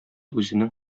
үзенең